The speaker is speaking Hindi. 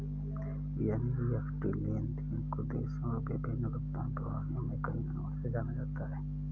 एन.ई.एफ.टी लेन देन को देशों और विभिन्न भुगतान प्रणालियों में कई नामों से जाना जाता है